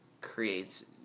creates